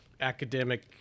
Academic